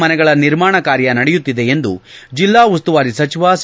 ಮನೆಗಳ ನಿರ್ಮಾಣ ಕಾರ್ಯ ನಡೆಯುತ್ತಿದೆ ಎಂದು ಜಿಲ್ಲಾ ಉಸ್ತುವಾರಿ ಸಚಿವ ಸಿ